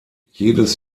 jedes